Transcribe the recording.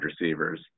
receivers